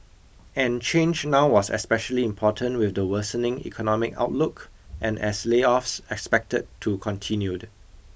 and change now was especially important with the worsening economic outlook and as layoffs expected to continued